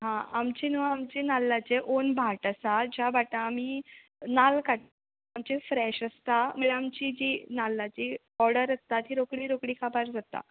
हा आमची न्हू आमचें नाल्लाचें ओन भाट आसा ज्या भाटा आमी नाल्ल काडटा आमचे फ्रॅश आसता म्हळ्ळ्या आमची जी नाल्लाची ऑडर आसता ती रोकडी रोकडी काबार जाता